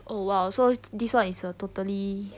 oh !wow! so this [one] is a totally